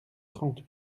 trente